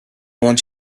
want